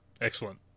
excellent